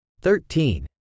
thirteen